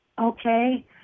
Okay